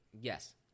Yes